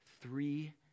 Three